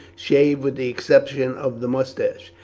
shaved with the exception of the moustache.